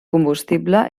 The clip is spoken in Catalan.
combustible